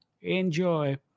enjoy